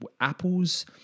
apples